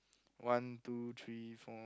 one two three four